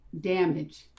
damage